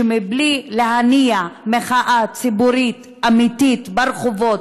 שבלי להניע מחאה ציבורית אמיתית ברחובות,